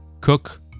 cook